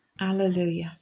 Alleluia